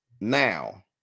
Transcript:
now